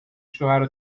شوهر